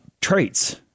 traits